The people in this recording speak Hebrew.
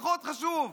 פחות חשוב.